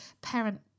parent